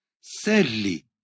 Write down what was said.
sadly